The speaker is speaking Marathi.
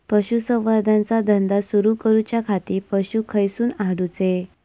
पशुसंवर्धन चा धंदा सुरू करूच्या खाती पशू खईसून हाडूचे?